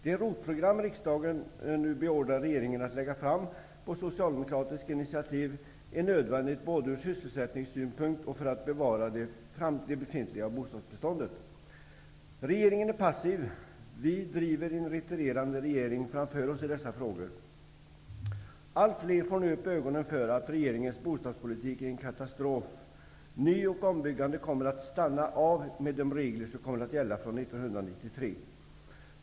Det ROT program som riksdagen nu beordrar regeringen att lägga fram, på socialdemokratiskt initiativ, är nödvändigt både ur sysselsättningssynpunkt och för att bevara det befintliga bostadsbeståndet. Regeringen är passiv. Vi driver en retirerande regering framför oss i dessa frågor. Allt fler får nu upp ögonen för att regeringens bostadspolitik är en katastrof. Ny och ombyggnationen kommer att stanna av med de regler som gäller från 1993.